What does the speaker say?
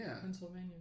Pennsylvania